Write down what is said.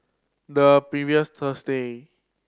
the previous Thursday